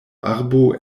arbo